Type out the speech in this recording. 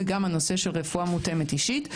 וגם הנושא של רפואה מותאמת אישית.